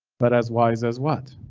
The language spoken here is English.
but as wise as what?